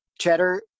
cheddar